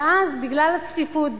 ואז בגלל הצפיפות,